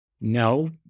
No